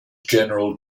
general